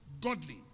Godly